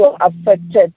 affected